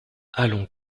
allons